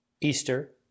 Easter